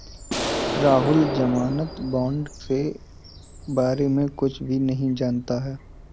राहुल ज़मानत बॉण्ड के बारे में कुछ भी नहीं जानता है